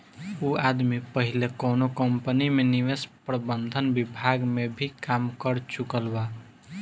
उ आदमी पहिले कौनो कंपनी में निवेश प्रबंधन विभाग में भी काम कर चुकल बा